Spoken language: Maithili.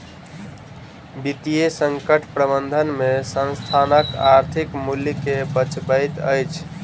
वित्तीय संकट प्रबंधन में संस्थानक आर्थिक मूल्य के बचबैत अछि